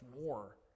more